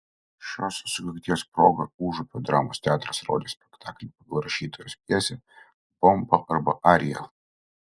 šios sukakties proga užupio dramos teatras rodys spektaklį pagal rašytojos pjesę bomba arba ariel